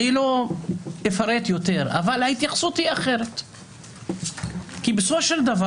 אני לא אפרט יותר אבל ההתייחסות היא אחרת כי בסופו של דבר